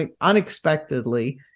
unexpectedly